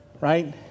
right